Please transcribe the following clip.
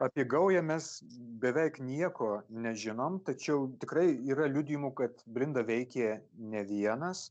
apie gaują mes beveik nieko nežinom tačiau tikrai yra liudijimų kad blinda veikė ne vienas